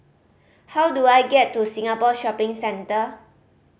how do I get to Singapore Shopping Centre